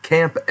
Camp